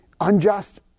unjust